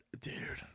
dude